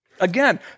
Again